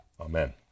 Amen